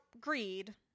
greed